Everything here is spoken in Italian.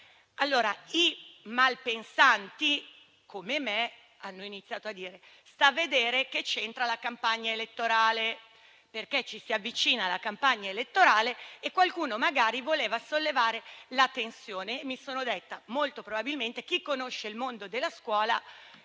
Allora i malpensanti, come me, hanno iniziato a dire: stai a vedere che c'entra la campagna elettorale; ci si avvicina alla campagna elettorale e qualcuno magari vuole sollevare l'attenzione. Mi sono detta: molto probabilmente, chi conosce il mondo della scuola